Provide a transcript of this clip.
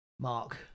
Mark